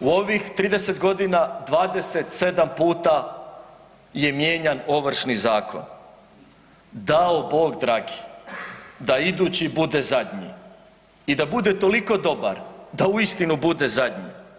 u ovih 30 godina 27 puta je mijenjan Ovršni zakon, dao Bog dragi da idući bude zadnji i da bude toliko dobar da uistinu bude zadnji.